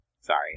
Sorry